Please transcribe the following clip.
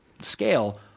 scale